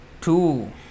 two